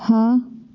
हाँ